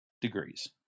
degrees